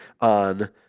on